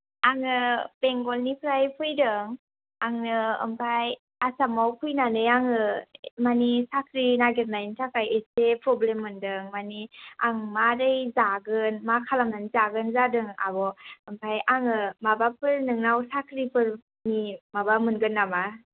आङो बेंगलनिफ्राय फैदों आङो ओमफ्राय आसामाव फैनानै आङो मानि साख्रि नागिरनायनि थाखाय एसे प्रब्लेम मोनदों मानि आं मारै जागोन मा खालामनानै जागोन जादों आब' ओमफ्राय आङो माबाफोर नोंनाव साख्रिफोरनि माबा मोनगोन नामा